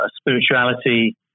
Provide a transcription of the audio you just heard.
spirituality